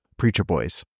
preacherboys